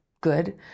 good